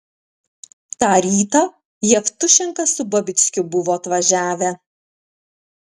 tą rytą jevtušenka su babickiu buvo atvažiavę